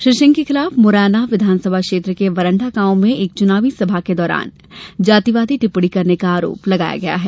श्री सिंह के खिलाफ मुरैना विधानसभा क्षेत्र के वरण्डा गांव में एक चुनावी सभा के दौरान जातिवादी टिप्पणी करने का आरोप है